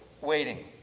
waiting